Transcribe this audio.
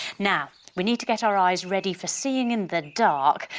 now, we need to get our eyes ready for seeing in the dark.